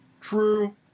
True